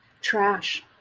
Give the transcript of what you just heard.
Trash